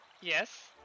Yes